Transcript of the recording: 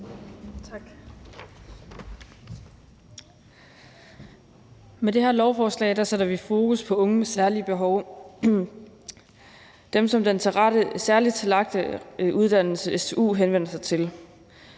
Med det her lovforslag sætter vi fokus på unge med særlige behov – dem, som den særligt tilrettelagte uddannelse, stu, henvender sig til.